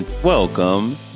Welcome